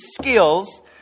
skills